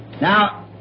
Now